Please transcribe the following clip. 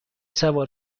سوار